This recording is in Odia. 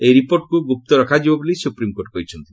ଏହି ରିପୋର୍ଟକୁ ଗୁପ୍ତ ରଖାଯିବ ବୋଲି ସୁପ୍ରିମ୍କୋର୍ଟ କହିଛନ୍ତି